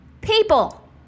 people